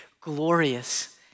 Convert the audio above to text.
glorious